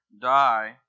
die